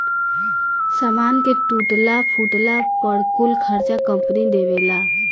सामान के टूटला फूटला पर कुल खर्चा कंपनी देवेला